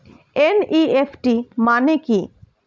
NEFT মানে কি?